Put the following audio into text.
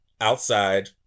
outside